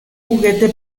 juguete